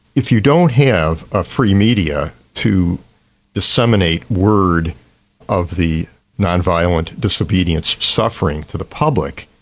if you don't have a free media to disseminate word of the non-violent disobedience suffering to the public,